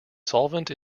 solvent